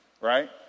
right